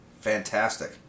Fantastic